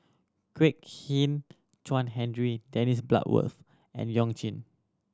Kwek Hian Chuan Henry Dennis Bloodworth and You Jin